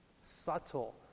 Subtle